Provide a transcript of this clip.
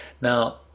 Now